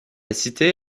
cité